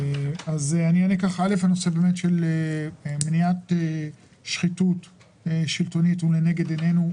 הנושא של מניעת שחיתות שלטונית הוא לנגד עינינו,